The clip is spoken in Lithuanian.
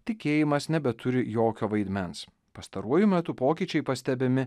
tikėjimas nebeturi jokio vaidmens pastaruoju metu pokyčiai pastebimi